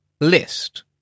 list